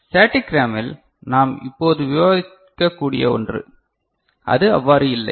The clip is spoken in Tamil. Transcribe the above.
ஸ்டேடிக் ரேமில் நாம் இப்போது விவாதிக்க கூடிய ஒன்று அது அவ்வாறு இல்லை